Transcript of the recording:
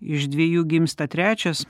iš dviejų gimsta trečias